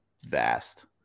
vast